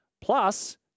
Plus